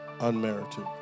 unmerited